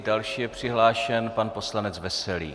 Další je přihlášen pan poslanec Veselý.